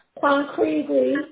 concretely